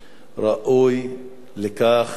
ראוי לכך שמליאת